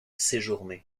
séjourné